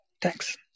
Thanks